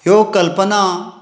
ह्यो कल्पना